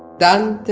done